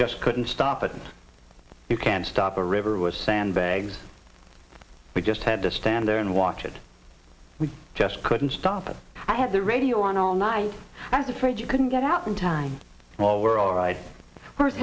just couldn't stop it you can't stop a river was sandbags we just had to stand there and watch it we just couldn't stop it i had the radio on all night as a friend you couldn't get out in time for we're all ri